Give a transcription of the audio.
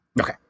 Okay